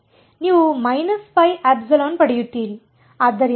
ನೀವು −πε ಪಡೆಯುತ್ತೀರಿ